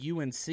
UNC